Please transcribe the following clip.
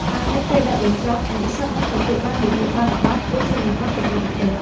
ហើយនៅពេលដែលបញ្ចប់ និស្សិតនឹងទទួលបាន វិញ្ញាបនបត្រ ឬ សញ្ញាបត្របច្ចេកទេស។